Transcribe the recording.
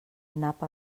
nap